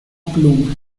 pluma